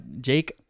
Jake